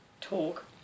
talk